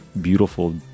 beautiful